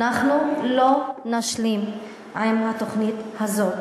אנחנו לא נשלים עם התוכנית הזאת.